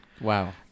wow